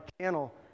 channel